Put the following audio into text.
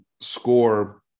score